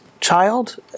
child